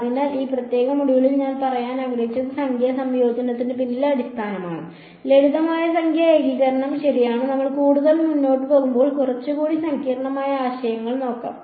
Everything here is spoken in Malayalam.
അതിനാൽ ഈ പ്രത്യേക മൊഡ്യൂളിൽ ഞാൻ പറയാൻ ആഗ്രഹിച്ചത് സംഖ്യാ സംയോജനത്തിന് പിന്നിലെ അടിസ്ഥാനമാണ് ലളിതമായ സംഖ്യാ ഏകീകരണം ശരിയാണ് നമ്മൾ കൂടുതൽ മുന്നോട്ട് പോകുമ്പോൾ കുറച്ചുകൂടി സങ്കീർണ്ണമായ ആശയങ്ങൾ നോക്കാം